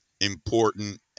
important